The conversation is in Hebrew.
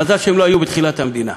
מזל שהם לא היו בתחילת המדינה.